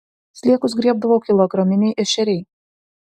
sliekus griebdavo kilograminiai ešeriai